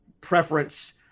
preference